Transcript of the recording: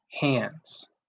hands